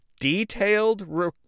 detailed